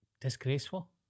disgraceful